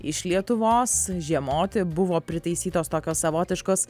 iš lietuvos žiemoti buvo pritaisytos tokios savotiškos